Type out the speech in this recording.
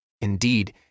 Indeed